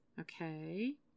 Okay